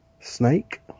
snake